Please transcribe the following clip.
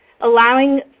allowing